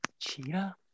cheetah